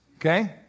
Okay